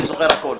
אני זוכר הכול.